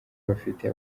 bafite